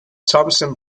thompson